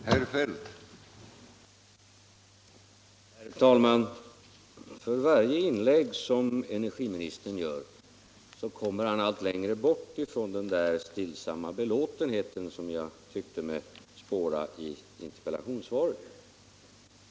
Herr talman! För varje inlägg som energiministern gör kommer han allt längre bort ifrån den stillsamma belåtenhet som jag tyckte mig spåra i interpellationssvaret.